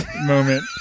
moment